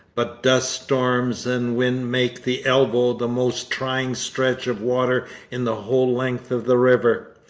but duststorms and wind make the elbow the most trying stretch of water in the whole length of the river.